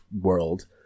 world